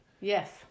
Yes